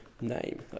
name